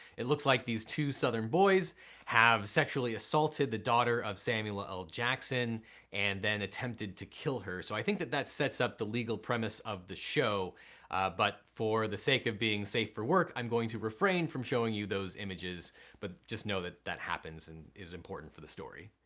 it looks like those two southern boys have sexually assaulted the daughter of samuel ah l. jackson and then attempted to kill her. so i think that that sets up the legal premise of the show but for the sake of being safe for work, i'm going to refrain from showing you those images but just know that that happens and is important for the story.